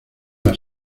las